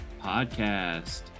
podcast